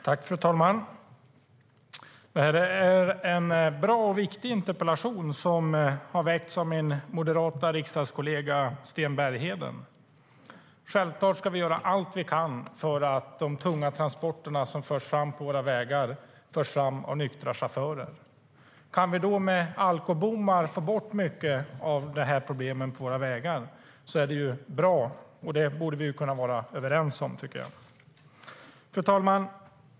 Fru talman!